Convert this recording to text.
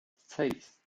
seis